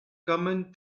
common